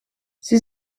sie